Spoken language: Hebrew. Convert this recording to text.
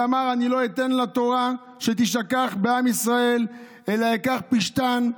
ואמר: אני לא אתן לתורה שתישכח בעם ישראל אלא אקח פשתן,